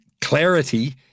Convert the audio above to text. clarity